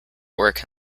work